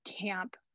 camp